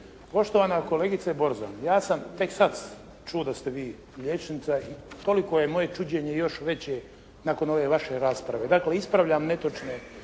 Poštovana kolegice Borzan, ja sam tek sad čuo da ste vi liječnica i toliko je moje čuđenje još veće nakon ove vaše rasprave. Dakle, ispravljam netočne